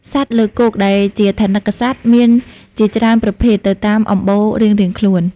សត្វលើគោកដែលជាថនិកសត្វមានជាច្រើនប្រភេទទៅតាមអម្បូររៀងៗខ្លួន។